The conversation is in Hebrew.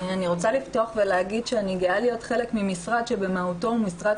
אני רוצה לפתוח ולהגיד שאני גאה להיות חלק ממשרד שבמהותו הוא משרד